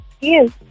Yes